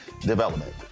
development